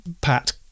Pat